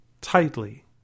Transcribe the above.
tightly